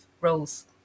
roles